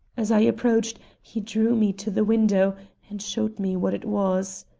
as i approached, he drew me to the window and showed me what it was.